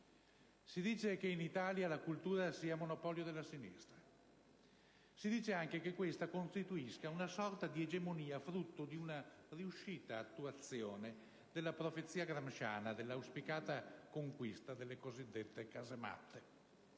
Si dice che in Italia la cultura sia monopolio della sinistra; si dice anche che questa costituisca una sorta di egemonia frutto di una riuscita attuazione della profezia gramsciana dell'auspicata conquista delle cosiddette casematte.